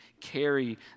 carry